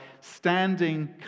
standing